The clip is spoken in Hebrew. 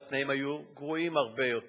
ואז התנאים היו גרועים הרבה יותר